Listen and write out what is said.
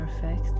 perfect